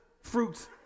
fruits